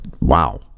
wow